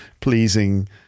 pleasing